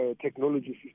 technology